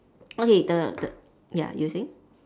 okay the the ya you were saying